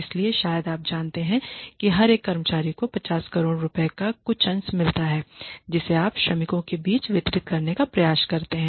इसलिए शायद आप जानते हैं कि हर एक कर्मचारी को उस 50 करोड़ लाभ का कुछ अंश मिलता है जिसे आप श्रमिकों के बीच वितरित करने का प्रयास कर रहे हैं